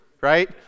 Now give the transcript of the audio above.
right